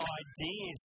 ideas